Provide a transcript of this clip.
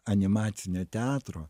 animacinio teatro